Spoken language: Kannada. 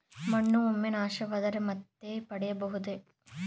ಮಣ್ಣು ಒಮ್ಮೆ ನಾಶವಾದರೆ ಮತ್ತೆ ಪಡೆಯಬಹುದೇ?